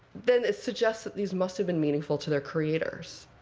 then it suggests that these must have been meaningful to their creators,